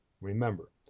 Remember